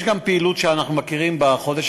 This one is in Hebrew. יש גם פעילות שאנחנו מכירים בחודש